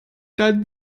dann